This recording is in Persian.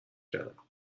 کردم